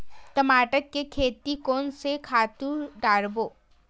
टमाटर के खेती कोन से खातु डारबो?